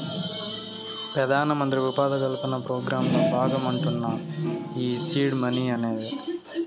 పెదానమంత్రి ఉపాధి కల్పన పోగ్రాంల బాగమంటమ్మను ఈ సీడ్ మనీ అనేది